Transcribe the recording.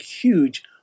huge